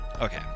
okay